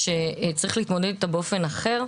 שצריך להתמודד איתה באופן אחר.